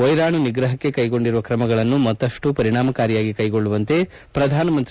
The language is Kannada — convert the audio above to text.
ವೈರಾಣು ನಿಗ್ರಹಕ್ಕೆ ಕೈಗೊಂಡಿರುವ ಕ್ರಮಗಳನ್ನು ಮತ್ತಷ್ಟು ಪರಿಣಾಮಕಾರಿಯಾಗಿ ಕೈಗೊಳ್ಳುವಂತೆ ಪ್ರಧಾನಮಂತ್ರಿ